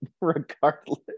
regardless